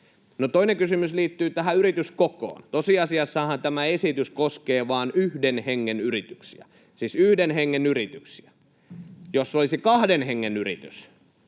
Toinen kysymys liittyy tähän yrityskokoon. Tosiasiassahan tämä esitys koskee vain yhden hengen yrityksiä — siis yhden hengen yrityksiä.